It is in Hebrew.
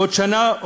עוד שנה,